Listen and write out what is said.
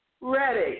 ready